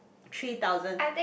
three thousand